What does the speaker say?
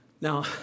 Now